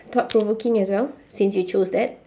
thought-provoking as well since you chose that